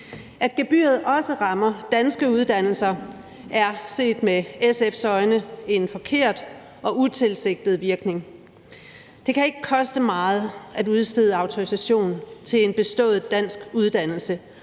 At gebyret også rammer danske uddannelser, er set med SF's øjne en forkert og utilsigtet virkning. Det kan ikke koste meget at udstede autorisation til en bestået dansk uddannelse,